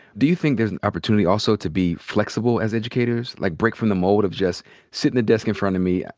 do you think there's an opportunity also to be flexible as educators? like, break from the mold of just sit in the desk in front of me,